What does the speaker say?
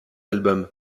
album